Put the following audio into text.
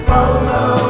Follow